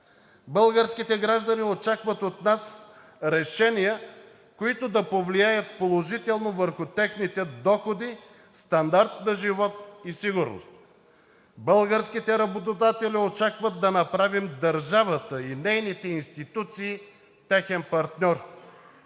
Българските граждани очакват от нас решения, които да повлияят положително върху техните доходи, стандарт на живот и сигурност. Българските работодатели очакват да направим държавата и нейните институции техен партньор,